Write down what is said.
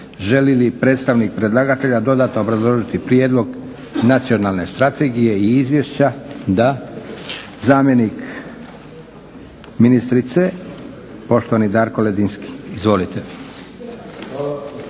Želi li predstavnik predlagatelja dodatno obrazložiti prijedlog Nacionalne strategije i izvješća? Da. Zamjenik ministrice poštovani Darko Ledinski. Izvolite.